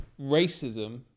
racism